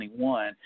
2021